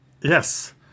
Yes